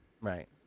right